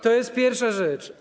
To jest pierwsza rzecz.